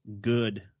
good